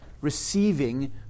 receiving